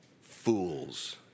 fools